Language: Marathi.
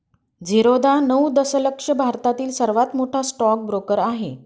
झिरोधा नऊ दशलक्ष भारतातील सर्वात मोठा स्टॉक ब्रोकर आहे